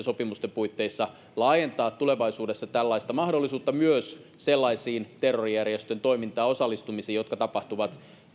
sopimusten puitteissa laajentaa tulevaisuudessa tällaista mahdollisuutta myös sellaisiin terrorijärjestön toimintaan osallistumisiin jotka tapahtuvat